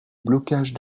blocage